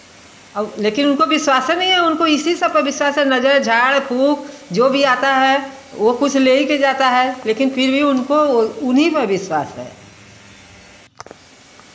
और लेकिन उनको विश्वासे नहीं है उनको इसी सब पर विश्वास है नजर झाड़ फूक जो भी आता है वह कुछ ले ही कर जाता है लेकिन फिर भी उनको उन्ही में विश्वास है